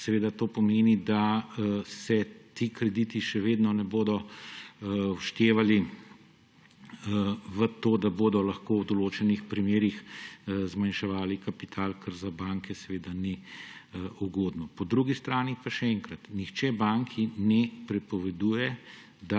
odlog, to pomeni, da se ti krediti še vedno ne bodo vštevali v to, da bodo lahko v določenih primerih zmanjševali kapital, kar za banke seveda ni ugodno. Po drugi strani pa še enkrat, nihče banki ne prepoveduje,